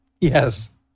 Yes